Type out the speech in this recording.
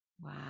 wow